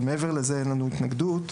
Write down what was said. מעבר לזה, אין לנו התנגדות.